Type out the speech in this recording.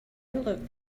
look